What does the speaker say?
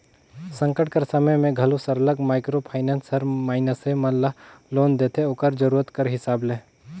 संकट कर समे में घलो सरलग माइक्रो फाइनेंस हर मइनसे मन ल लोन देथे ओकर जरूरत कर हिसाब ले